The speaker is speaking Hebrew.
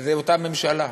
זו אותה ממשלה,